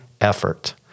effort